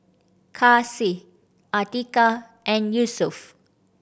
Kasih Atiqah and Yusuf